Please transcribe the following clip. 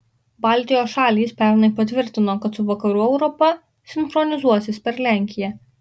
baltijos šalys pernai patvirtino kad su vakarų europa sinchronizuosis per lenkiją